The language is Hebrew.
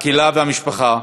הקהילה והמשפחה,